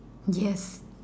yes